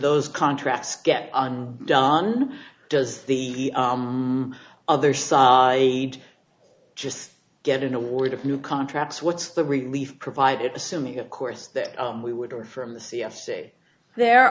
those contracts get on done does the other side a just get an award of new contracts what's the relief provided assuming of course that we would or from the c s c there